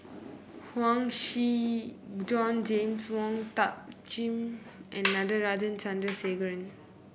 Huang Shi Joan James Wong Tuck Jim and Natarajan Chandrasekaran